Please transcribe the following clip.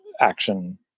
action